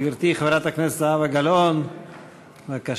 גברתי, חברת הכנסת זהבה גלאון, בבקשה.